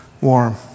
warm